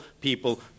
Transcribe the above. people